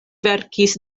verkis